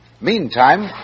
Meantime